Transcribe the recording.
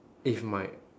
if my